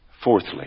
Fourthly